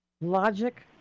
logic